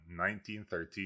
1913